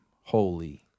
Holy